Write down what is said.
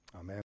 Amen